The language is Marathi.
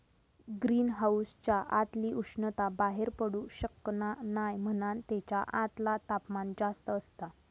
ग्रीन हाउसच्या आतली उष्णता बाहेर पडू शकना नाय म्हणान तेच्या आतला तापमान जास्त असता